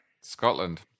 scotland